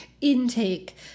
intake